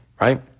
right